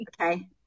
Okay